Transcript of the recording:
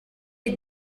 you